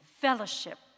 fellowship